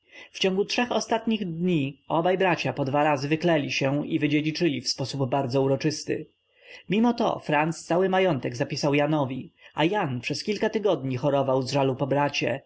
w ciągu trzech ostatnich dni obaj bracia po dwa razy wyklęli się i wydziedziczyli w sposób bardzo uroczysty mimo to franc cały majątek zapisał janowi a jan przez kilka tygodni chorował z żalu po bracie